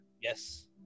Yes